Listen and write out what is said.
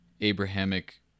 Abrahamic